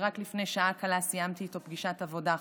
שרק לפני שעה קלה סיימתי איתו פגישת עבודה חשובה,